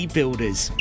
Builders